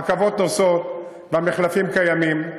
הרכבות נוסעות, המחלפים קיימים.